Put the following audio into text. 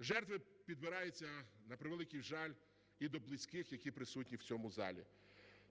жертви підбираються, на превеликий жаль, і до близьких, які присутні в цьому залі.